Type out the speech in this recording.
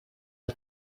del